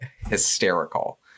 hysterical